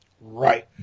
Right